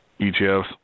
ETFs